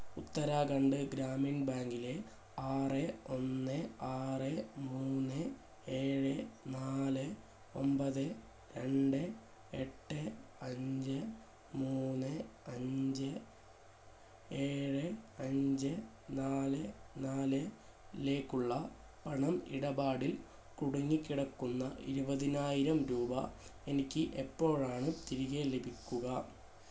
ഉത്തരാഖണ്ഡ് ഗ്രാമീൺ ബാങ്കിലെ ആറ് ഒന്ന് ആറ് മൂന്ന് ഏഴ് നാല് ഒമ്പത് രണ്ട് എട്ട് അഞ്ച് മൂന്ന് അഞ്ച് ഏഴ് അഞ്ച് നാല് നാലിലേക്കുള്ള പണം ഇടപാടിൽ കുടുങ്ങിക്കിടക്കുന്ന ഇരുപതിനായിരം രൂപ എനിക്ക് എപ്പോഴാണ് തിരികെ ലഭിക്കുക